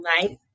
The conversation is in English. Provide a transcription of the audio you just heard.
night